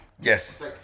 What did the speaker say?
Yes